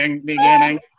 beginning